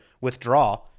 withdraw –